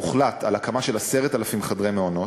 הוחלט על הקמה של 10,000 חדרי מעונות.